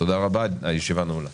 תודה רבה, הישיבה נעולה.